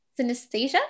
Synesthesia